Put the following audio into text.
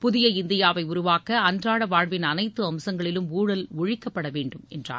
புதிய இந்தியாவை உருவாக்க அன்றாட வாழ்வின் அனைத்து அம்சங்களிலும் ஊழல் ஒழிக்கப்படவேண்டும் என்றார்